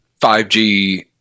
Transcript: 5G